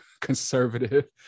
conservative